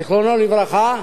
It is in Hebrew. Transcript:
זיכרונו לברכה,